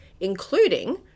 including